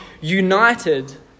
united